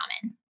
common